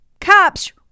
Cops